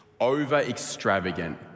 over-extravagant